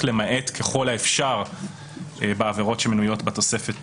למעט ככל האפשר בעבירות שמנויות בתוספת